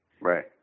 Right